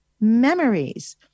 memories